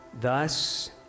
Thus